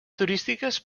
turístiques